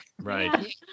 Right